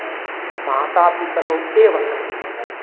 मातापितरौ एव करणीयं